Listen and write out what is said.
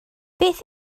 beth